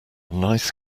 nice